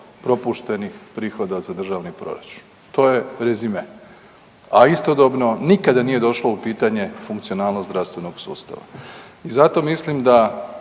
propuštenih prihoda za državni proračun. To je rezime. A istodobno nikada nije došlo u pitanje funkcionalnost zdravstvenog sustava i zato mislim da